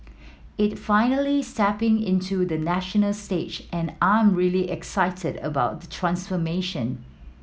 it finally stepping into the national stage and I'm really excited about the transformation